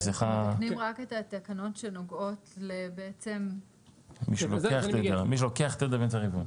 מתקנים רק את התקנות שנוגעות ל --- למי שלוקח תדר באמצע הרבעון.